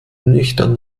nüchtern